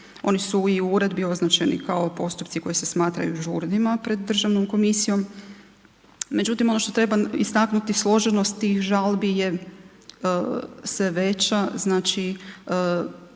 Oni su i u uredbi označeni kao postupci koji se smatraju žurnima pred državnom komisijom. Međutim, ono što treba istaknuti složenosti i žalbi je sve veća, znači